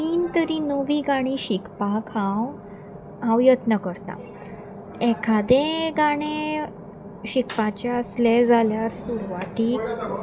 तीन तरी नवीं गाणी शिकपाक हांव हांव यत्न करतां एखादें गाणें शिकपाचें आसलें जाल्यार सुरवातीक